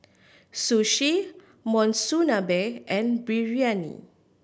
Sushi Monsunabe and Biryani